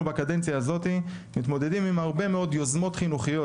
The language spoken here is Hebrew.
בקדנציה הזאת מתמודדים עם הרבה מאוד יוזמות חינוכיות,